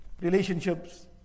relationships